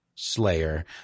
slayer